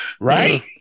Right